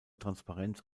transparenz